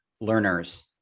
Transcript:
learners